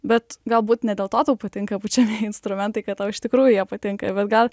bet galbūt ne dėl to tau patinka pučiamieji instrumentai kad tau iš tikrųjų jie patinka bet gal